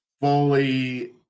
fully